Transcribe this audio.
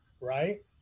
right